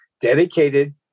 dedicated